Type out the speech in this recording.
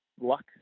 luck